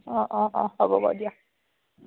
অ অ অ হ'ব বাৰু দিয়া